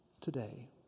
today